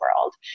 world